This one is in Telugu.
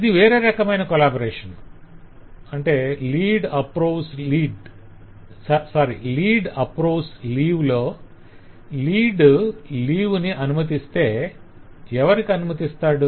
ఇది వేరే రకమైన కొలాబరేషన్ - 'lead approves leave' లో లీడ్ లీవ్ ని అనుమతిస్తే ఎవరికీ అనుమతిస్తాడు